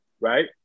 Right